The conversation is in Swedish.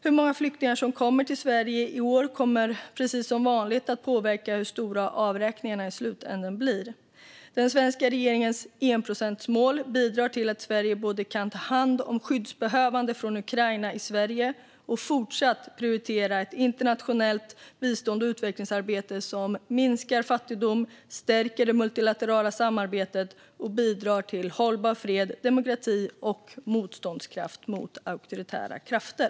Hur många flyktingar som kommer till Sverige i år kommer precis som vanligt att påverka hur stora avräkningarna blir i slutändan. Den svenska regeringens enprocentsmål bidrar till att Sverige både kan ta hand om skyddsbehövande från Ukraina i Sverige och fortsatt prioritera ett internationellt bistånd och utvecklingsarbete som minskar fattigdomen, stärker det multilaterala samarbetet och bidrar till hållbar fred, demokrati och motståndskraft mot auktoritära krafter.